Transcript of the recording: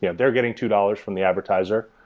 yeah they're getting two dollars from the advertiser.